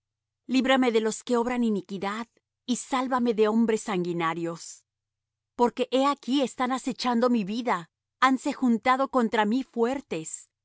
líbrame de los que obran iniquidad y sálvame de hombres sanguinarios porque he aquí están acechando mi vida hanse juntado contra mí fuertes